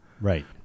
Right